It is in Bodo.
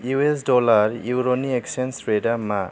इउएस डलार इउर'नि एकसेन्स रेटआ मा